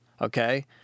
Okay